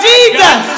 Jesus